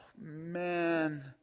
man